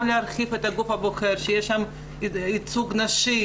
גם להרחיב את הגוף הבוחר שיהיה שם ייצוג נשי,